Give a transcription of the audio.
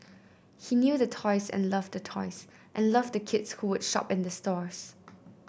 he knew the toys and loved the toys and loved the kids who would shop in the stores